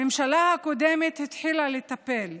הממשלה הקודמת התחילה לטפל,